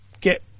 get